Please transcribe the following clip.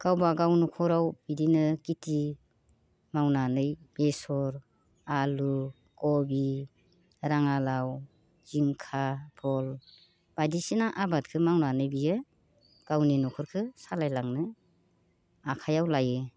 गावबा गाव न'खराव इदिनो खेथि मावनानै बेसर आलु खबि राङालाव जिंखा फथल बायदिसिना आबादखो मावनानै बियो गावनि न'खरखो सालायलांनो आखायाव लायो